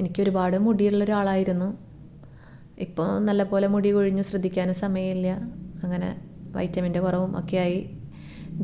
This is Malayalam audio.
എനിക്കൊരുപാട് മുടിയുള്ള ഒരാളായിരുന്നു ഇപ്പോൾ നല്ലതുപോലെ മുടി കൊഴിഞ്ഞ് ശ്രദ്ധിക്കാനും സമയമില്ല അങ്ങനെ വൈറ്റമിന്റെ കുറവും ഒക്കെയായി